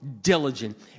diligent